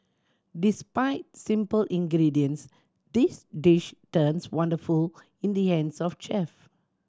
despite simple ingredients this dish turns wonderful in the hands of chef